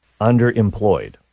Underemployed